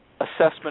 assessment